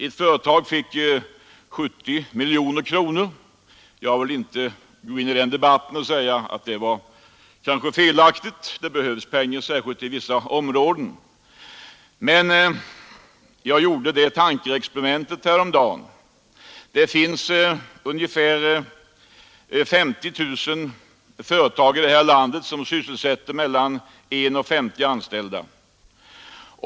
Ett företag fick 70 miljoner kronor. Jag vill inte gå in i den debatten och säga att det var felaktigt — det behövs pengar särskilt till vissa områden. Men jag gjorde ett tankeexperiment häromdagen. Det finns ungefär 50 000 företag i Sverige som sysselsätter mellan en och 50 anställda.